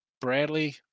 Bradley